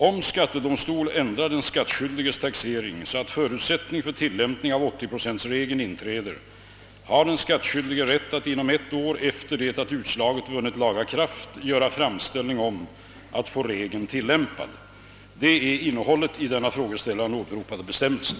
Om skattedomstol ändrar den skattskyldiges taxering så att förutsättning för tillämpning av 80-procentregeln inträder har den skattskyldige rätt att inom ett år efter det att utslaget vunnit laga kraft göra framställning om att få regeln tillämpad. Detta är innehållet i den av frågeställaren åberopade bestämmelsen.